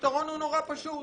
הפתרון הוא נורא פשוט.